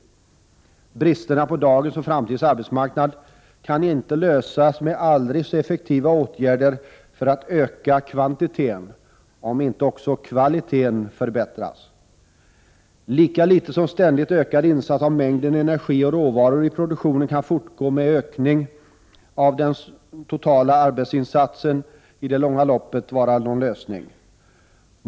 Problemen med bristerna på dagens och framtidens arbetsmarknad kan inte lösas med aldrig så effektiva åtgärder för att öka kvantiteten, om inte också kvaliteten förbättras. Lika litet kan ständigt ökade insatser av mängden energi och råvaror i produktionen och en ökning av den totala arbetsinsatsen i det långa loppet vara lösningen.